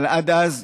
אבל עד אז,